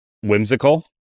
whimsical